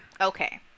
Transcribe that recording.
Okay